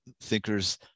thinkers